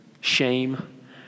shame